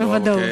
בוודאות.